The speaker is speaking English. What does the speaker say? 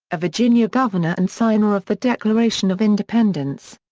a virginia governor and signer of the declaration of independence.